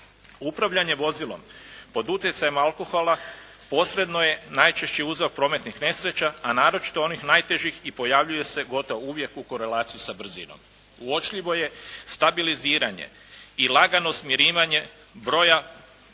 Upravljanje vozilom pod utjecajem alkohola posredno je najčešći uzrok prometnih nesreća a naročito onih najtežih i pojavljuju se gotovo uvijek u korelaciji s brzinom. Uočljivo je stabiliziranje i lagano smirivanje broja